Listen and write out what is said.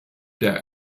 der